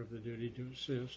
have the duty to see if